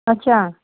اچھَا